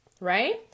right